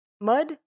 Mud